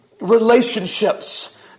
relationships